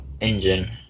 engine